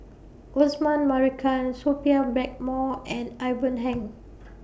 Osman Merican Sophia Blackmore and Ivan Heng